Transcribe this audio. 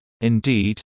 indeed